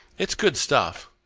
it's good stuff.